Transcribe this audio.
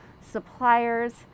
suppliers